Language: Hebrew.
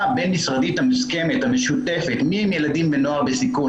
הבין משרדית של מי הם ילדים ונוער בסיכון,